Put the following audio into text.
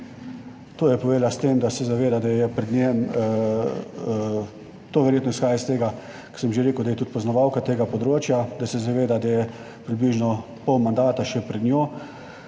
To je povedala s tem, da se zaveda, da je pred njo, to verjetno izhaja iz tega, ker sem že rekel, da je tudi poznavalka tega področja, da se zaveda, da je približno pol mandata še pred njo.